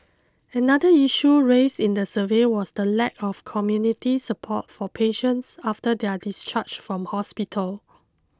another issue raised in the survey was the lack of community support for patients after their discharge from hospital